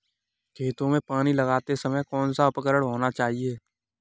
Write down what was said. खेतों में पानी लगाते समय कौन सा उपकरण होना चाहिए?